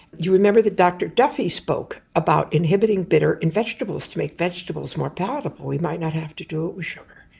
you remember that dr duffy spoke about inhibiting bitter in vegetables to make vegetables more palatable, we might not have to do it with sugar,